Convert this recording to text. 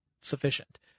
sufficient